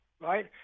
right